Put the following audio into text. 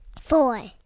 Four